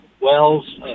wells